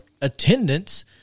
attendance